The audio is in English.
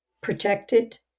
protected